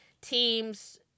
teams